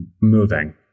Moving